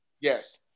Yes